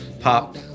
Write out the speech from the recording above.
pop